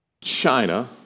China